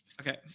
okay